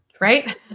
right